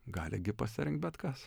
gali gi pasirinkt bet kas